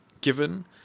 given